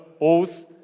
oath